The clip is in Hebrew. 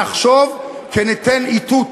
נחשוב וניתן איתות